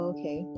Okay